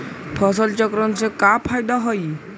फसल चक्रण से का फ़ायदा हई?